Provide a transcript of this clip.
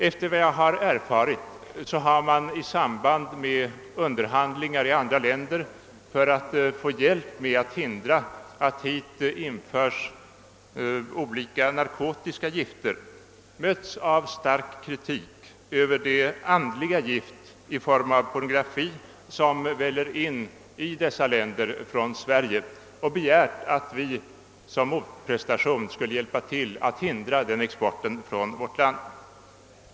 Efter vad jag erfarit har man i samband med underhandlingar i andra länder om hjälp med att hindra att det hit införes olika narkotiska gifter mötts av stark kritik över det andliga gift i form av pornografi som väller in i dessa andra länder från Sverige, och man har begärt att vi som motprestation skall söka förhindra den exporten från vårt land.